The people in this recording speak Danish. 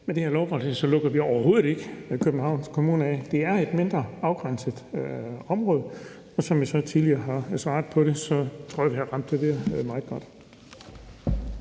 med det her lovforslag lukker vi overhovedet ikke Københavns Kommune af. Det er et mindre og afgrænset område, og som jeg også tidligere har sagt, tror jeg, vi har afgrænset det meget godt.